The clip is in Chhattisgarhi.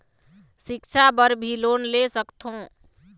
सिक्छा बर भी लोन ले सकथों?